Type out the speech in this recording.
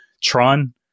Tron